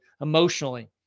emotionally